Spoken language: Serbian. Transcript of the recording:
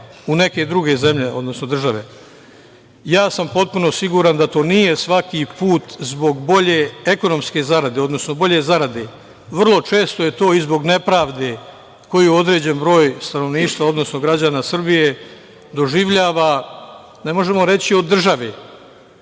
u neke druge zemlje, odnosno države. Ja sam potpuno siguran da to nije svaki put zbog bolje ekonomske zarade, odnosno bolje zarade. Vrlo često je to i zbog nepravde koju određen broj stanovništva, odnosno građana Srbije doživljava, ne možemo reći od države.